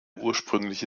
ursprüngliche